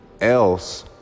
else